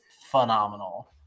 phenomenal